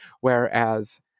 Whereas